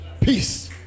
peace